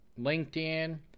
linkedin